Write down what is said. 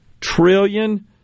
trillion